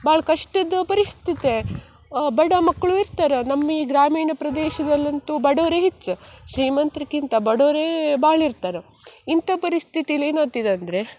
ಭಾಳ ಕಷ್ಟದ ಪರಿಸ್ಥಿತಿ ಬಡ ಮಕ್ಕಳು ಇರ್ತಾರೆ ನಮ್ಮ ಈ ಗ್ರಾಮೀಣ ಪ್ರದೇಶದಲ್ಲಂತೂ ಬಡವರೇ ಹೆಚ್ಚು ಶ್ರೀಮಂತ್ರಿಗಿಂತ ಬಡೋವ್ರೆ ಭಾಳ ಇರ್ತಾರೆ ಇಂಥ ಪರಿಸ್ಥಿತಿಲಿ ಏನು ಆತಿದೆ ಅಂದರೆ